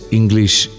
English